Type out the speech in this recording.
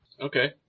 Okay